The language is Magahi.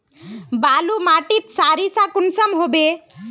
बालू माटित सारीसा कुंसम होबे?